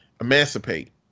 Emancipate